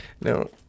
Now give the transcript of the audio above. no